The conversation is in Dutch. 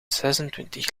zesentwintig